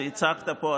שהצגת פה,